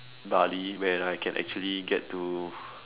Bali when I can actually get to